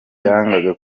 yangaga